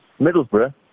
Middlesbrough